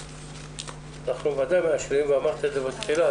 אכן אמרת את זה בתחילה.